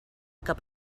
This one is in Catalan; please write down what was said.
cap